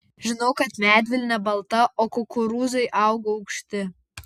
žinau kad medvilnė balta o kukurūzai auga aukšti